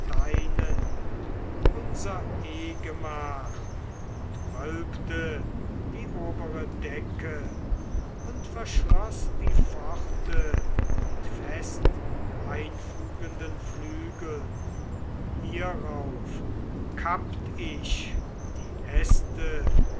unser ehegemach und wölbte die obere decke und verschloß die pforte mit festeinfugenden flügeln hierauf kappt ich die äste